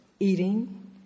eating